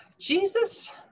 Jesus